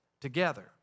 together